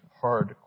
hard